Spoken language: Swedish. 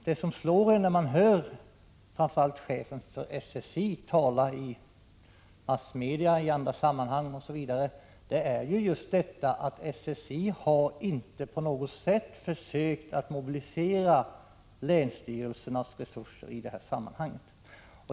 Det som slår en när man hör framför allt chefen för SSI tala i massmedia och i andra sammanhang är just att SSI inte på något sätt har försökt mobilisera länsstyrelsernas resurser i detta sammanhang.